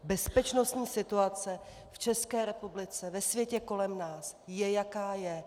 Bezpečnostní situace v České republice, ve světě kolem nás je, jaká je.